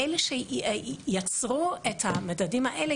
לאלה שיצרו את המדדים האלה,